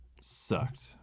sucked